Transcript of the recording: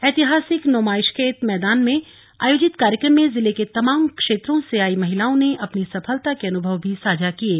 ऐतिहासिक नुमाईशखेत मैदान में आयोजित कार्यक्रम में जिले के तमाम क्षेत्रों से आई महिलाओं ने अपनी सफलता के अनुभव भी साझा किये